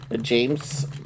James